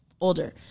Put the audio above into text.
older